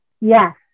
yes